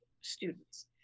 students